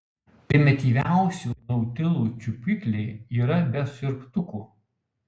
primityviausių nautilų čiuopikliai yra be siurbtukų